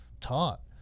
taught